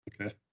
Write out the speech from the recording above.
okay